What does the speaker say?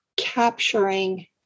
capturing